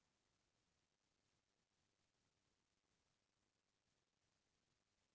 poultry बेवसाय बर कुकुरी घर बनवाए बर परथे